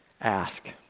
ask